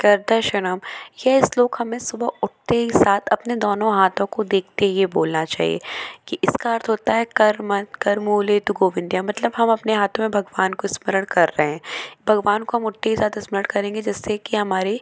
कर दर्शनम् ये श्लोक हमें सुबह उठते के साथ अपने दोनों हाथों को देखते ये बोलना चाहिए कि इसका अर्थ होता है कर्म कर मुले तू गोविंद्या मतलब हम अपने हाथों में भगवान को स्मरण कर रहे हैं भगवान को हम उठने के साथ स्मरण करेंगे जिससे कि हमारी